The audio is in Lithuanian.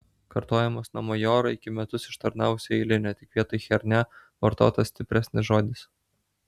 kartojamas nuo majoro iki metus ištarnavusio eilinio tik vietoj chiernia vartotas stipresnis žodis